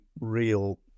real